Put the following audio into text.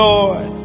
Lord